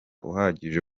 uhagije